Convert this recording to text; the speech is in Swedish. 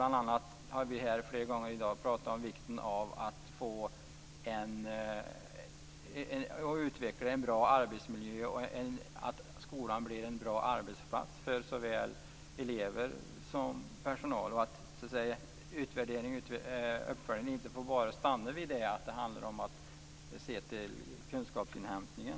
Vi har bl.a. flera gånger här i dag talat om vikten av att utveckla en bra arbetsmiljö och att skolan skall bli en bra arbetsplats för såväl elever som personal. Uppföljningen får inte stanna vid att avse enbart kunskapsinhämtningen.